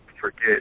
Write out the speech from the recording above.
forget